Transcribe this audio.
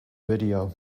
video